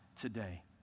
today